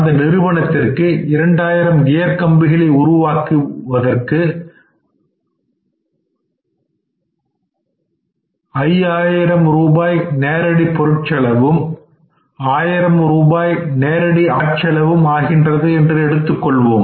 அந்த நிறுவனத்திற்கு 2000 கியர் கம்பிகளை உருவாக்குவதற்கு ரூபாய் 5000 நேரடி பொருட்செலவும் ரூபாய் 1000 நேரடி ஆட்செலவாகவும் ஆகின்றது என எடுத்துக் கொள்வோம்